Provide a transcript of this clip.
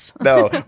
No